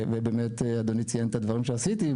ובאמת אדוני ציין את הדברים שעשיתי,